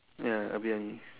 ya a bit only